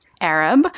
Arab